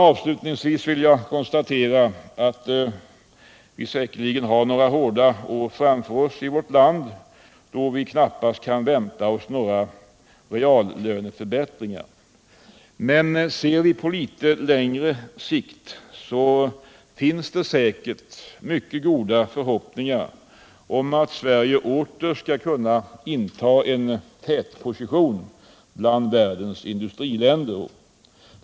Avslutningsvis vill jag konstatera att vi säkerligen har några hårda år framför oss då vi knappast kan vänta oss några reallöneförbättringar. Men ser vi på litet längre sikt finns det säkert mycket goda förhoppningar för att Sverige åter skall kunna inta en tätposition bland världens industriländer.